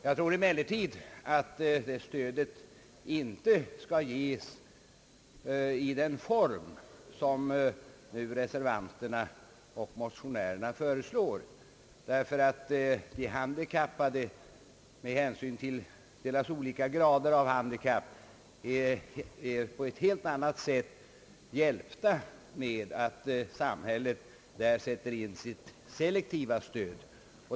Jag tror emellertid att stödet inte skall ges i den form som reservanterna och motionärerna föreslår, därför att de handikappade är, med hänsyn till deras olika grad av handikapp, på ett helt annat sätt hjälpta med att samhället sätter in sitt selektiva stöd.